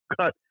cut